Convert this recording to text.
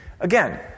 Again